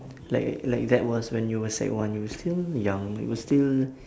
like like that was when you were sec one you were still young you were still